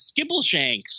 Skibbleshanks